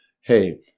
Hey